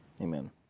amen